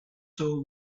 show